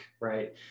right